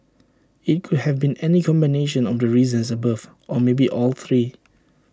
IT could have been any combination of the reasons above or maybe all three